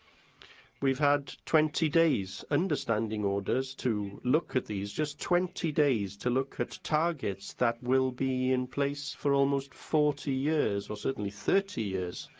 we've had twenty days under standing orders to look at these just twenty days to look at targets that will be in place for almost forty years, or certainly thirty years.